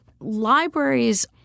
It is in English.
libraries